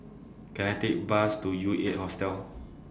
Can I Take A Bus to U eight Hostel